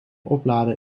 oplader